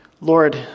Lord